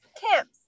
camps